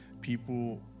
people